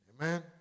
Amen